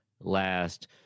last